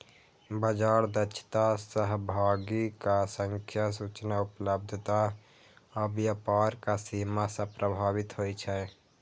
बाजार दक्षता सहभागीक संख्या, सूचना उपलब्धता आ व्यापारक सीमा सं प्रभावित होइ छै